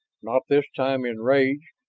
not this time in rage,